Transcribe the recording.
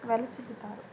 వెలసిల్లుతారు